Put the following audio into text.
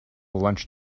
lunch